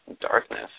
darkness